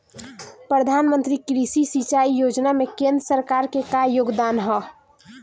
प्रधानमंत्री कृषि सिंचाई योजना में केंद्र सरकार क का योगदान ह?